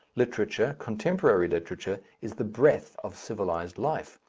literature, contemporary literature, is the breath of civilized life,